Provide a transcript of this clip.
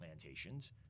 plantations